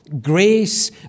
grace